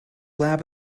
lab